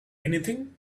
anything